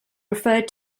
referred